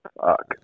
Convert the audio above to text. Fuck